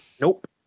Nope